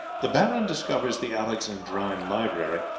the baron discovers the alexandrine library,